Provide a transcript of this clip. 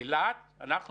אנחנו